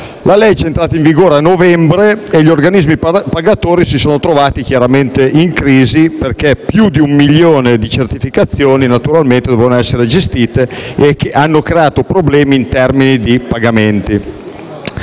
La legge è entrata in vigore nel novembre scorso e gli organismi pagatori si sarebbero trovati chiaramente in crisi, perché più di un milione di certificazioni avrebbero dovuto essere gestite, creando problemi in termini di pagamenti